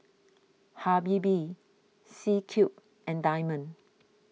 Habibie C Cube and Diamond